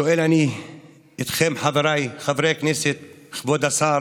שואל אני אתכם, חבריי חברי הכנסת, כבוד השר,